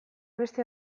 beste